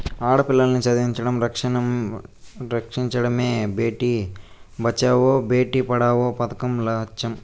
ఆడపిల్లల్ని చదివించడం, రక్షించడమే భేటీ బచావో బేటీ పడావో పదకం లచ్చెం